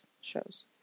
shows